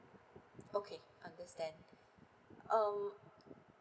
okay understand um